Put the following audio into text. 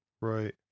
Right